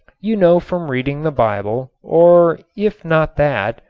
you know from reading the bible, or if not that,